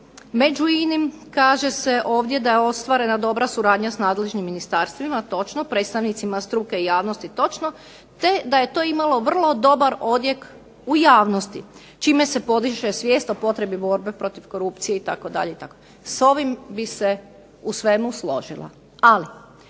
Među inim kaže se ovdje da je ostvarena dobra suradnja sa nadležnim ministarstvima – točno, predstavnicima struke i javnosti – točno, te da je to imalo vrlo dobar odjek u javnosti čime se podiže svijest o potrebi borbe protiv korupcije itd. itd. S ovim bih se u svemu složila. Ali